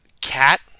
cat